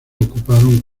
ocuparon